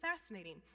fascinating